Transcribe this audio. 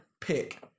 pick